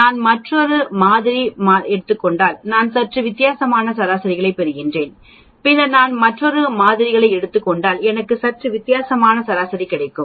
நான் மற்றொரு மாதிரி மாதிரிகளை எடுத்துக் கொண்டால் நான் சற்று வித்தியாசமான சராசரியைப் பெறுவேன் பின்னர் நான் மற்றொரு மாதிரி மாதிரிகளை எடுத்துக் கொண்டால் எனக்கு சற்று வித்தியாசமான சராசரி கிடைக்கும்